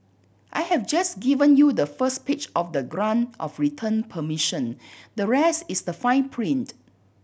I have just given you the first page of the grant of return permission the rest is the fine print